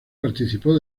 participó